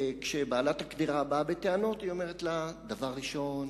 וכשבעלת הקדרה באה בטענות היא אומרת לה: דבר ראשון,